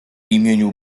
imieniu